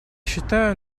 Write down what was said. считаю